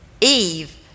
Eve